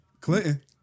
Clinton